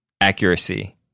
accuracy